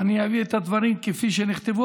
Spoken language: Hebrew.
אני אביא את הדברים כפי שנכתבו,